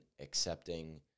accepting